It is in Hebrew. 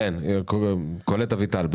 נעבור לקולט אביטל,